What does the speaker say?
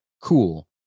cool